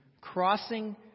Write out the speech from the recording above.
crossing